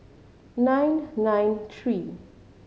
nine nine three